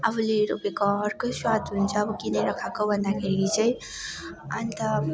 आफूले रोपेको अर्कै स्वाद हुन्छ अब किनेर खाएको भन्दाखेरि चाहिँ अन्त